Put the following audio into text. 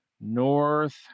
north